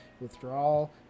withdrawal